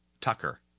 Tucker